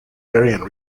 variant